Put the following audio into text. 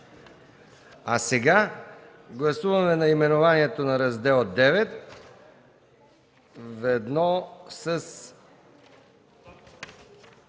А сега гласуваме наименованието на Раздел ІХ ведно с